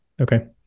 okay